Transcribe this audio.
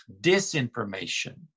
disinformation